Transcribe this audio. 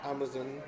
Amazon